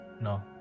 No